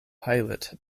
pilot